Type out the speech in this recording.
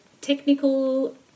technical